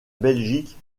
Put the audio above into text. belgique